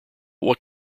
what